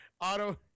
auto